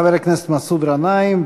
חבר הכנסת מסעוד גנאים,